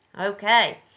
Okay